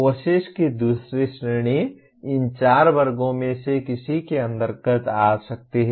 courses की दूसरी श्रेणी इन चार वर्गों में से किसी के अंतर्गत आ सकती है